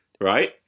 right